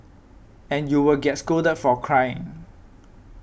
and you would get scolded for crying